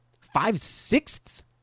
five-sixths